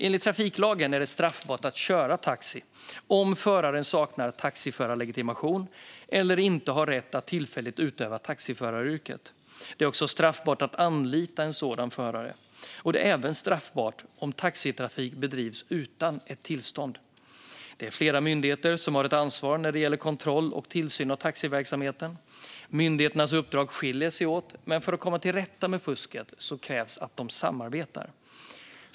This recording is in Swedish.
Enligt taxitrafiklagen är det straffbart att köra taxi om föraren saknar taxiförarlegitimation eller inte har rätt att tillfälligt utöva taxiföraryrket. Det är också straffbart att anlita en sådan förare. Det är även straffbart om taxitrafik bedrivs utan ett tillstånd. Det är flera myndigheter som har ett ansvar när det gäller kontroll och tillsyn av taxiverksamheten. Myndigheternas uppdrag skiljer sig åt, men för att komma till rätta med fusket krävs att de samarbetar.